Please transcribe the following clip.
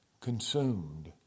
consumed